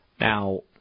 Now